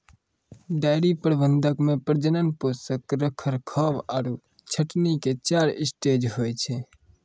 dairy प्रबंधन मॅ प्रजनन, पोषण, रखरखाव आरो छंटनी के चार स्टेज होय छै